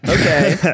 Okay